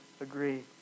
agree